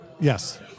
yes